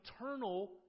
eternal